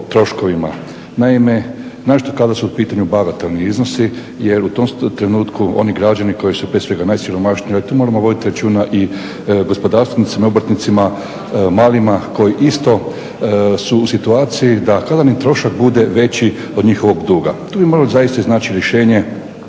Naime, naročito kada su u pitanju bagatelni iznosi jer u tom trenutku oni građani koji su prije svega najsiromašniji, ali tu moramo voditi računa i o gospodarstvenicima, obrtnicima, malima koji isto su u situaciji da kada im trošak bude veći od njihovog duga. Tu bi morali zaista iznaći rješenje